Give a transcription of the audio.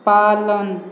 पालन